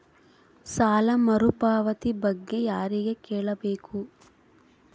ಸಾಲ ಮರುಪಾವತಿ ಬಗ್ಗೆ ಯಾರಿಗೆ ಕೇಳಬೇಕು?